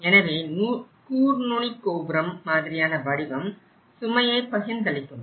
எனவே கூர்நுனிக் கோபுரம் மாதிரியான வடிவம் சுமையை பகிர்ந்து அளிக்கும்